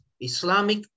Islamic